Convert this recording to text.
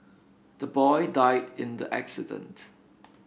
the boy died in the accident